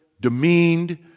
demeaned